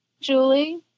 Julie